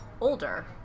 older